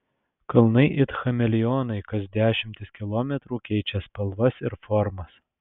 kalnai it chameleonai kas dešimtis kilometrų keičia spalvas ir formas